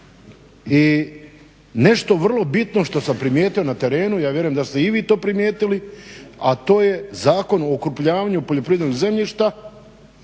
i nešto vrlo bitno što sam primijetio na terenu, ja vjerujem da ste i vi to primijetili, a to je Zakon o okrupnjavanju poljoprivrednog zemljišta